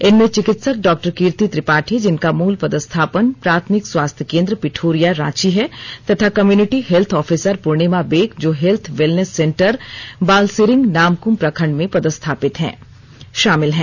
इनमें चिकित्सक डा कीर्ति त्रिपाठी जिनका मूल पदस्थापन प्राथमिक स्वास्थ्य केन्द्र पिठोरिया रांची है तथा community health officer Purnima Beck जो health wellness centre Balsiring Namkum प्रखंड मे पदस्थापित हैं शामिल हैं